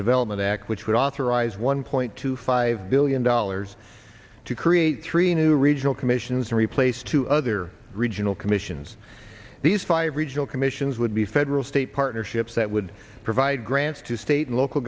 development act which would authorize one point two five billion dollars to create three new regional commissions to replace two other regional commissions these five regional commissions would be federal state partnerships that would provide grants to state and local